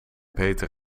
peter